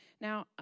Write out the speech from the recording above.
Now